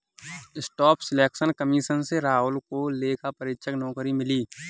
staff selection commission से राहुल को लेखा परीक्षक नौकरी मिली